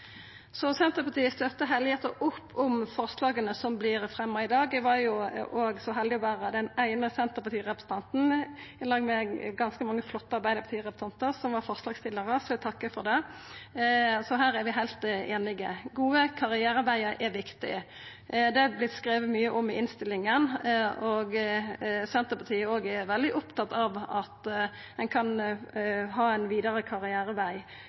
Så Senterpartiet støttar heilhjarta opp om forslaga som vert fremja i dag. Eg var jo òg så heldig å vera den eine Senterparti-representanten – i lag med ganske mange flotte Arbeidarparti-representantar – som var forslagsstillar, så eg takkar for det. Så her er vi heilt einige. Gode karrierevegar er viktig, og det har det vorte skrive mykje om i innstillinga. Senterpartiet er òg veldig opptatt av at ein kan ha ein vidare